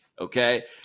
Okay